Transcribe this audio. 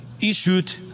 issued